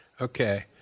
Okay